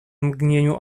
mgnieniu